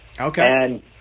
Okay